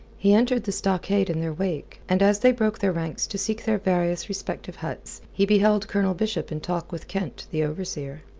he entered the stockade in their wake, and as they broke their ranks to seek their various respective huts, he beheld colonel bishop in talk with kent, the overseer.